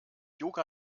yoga